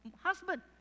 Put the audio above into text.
husband